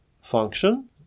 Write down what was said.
function